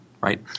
right